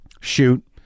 shoot